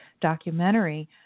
documentary